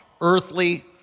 earthly